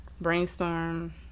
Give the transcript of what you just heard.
Brainstorm